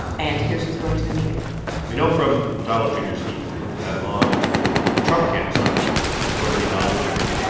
and here's who's going to the meeting we know from donald jr s email that on the trump camp side it's going to be donald jr,